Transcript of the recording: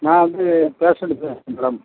நான் வந்து பேஷண்ட்டு பேசுகிறேன் மேடம்